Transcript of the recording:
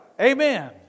Amen